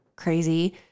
crazy